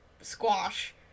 squash